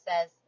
says